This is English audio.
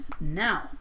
Now